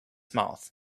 mouth